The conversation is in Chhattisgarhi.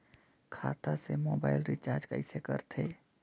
खाता से मोबाइल रिचार्ज कइसे करथे